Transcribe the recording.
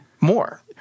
more